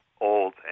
old